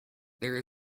there